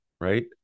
right